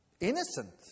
innocent